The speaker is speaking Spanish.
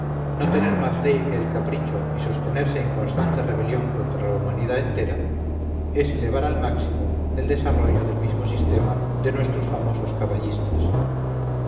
no tener más ley que el capricho y sostenerse en constante rebelión contra la humanidad entera es elevar al máximum de desarrollo el mismo sistema de nuestros famosos caballistas